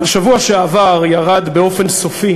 בשבוע שעבר ירד באופן סופי